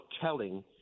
telling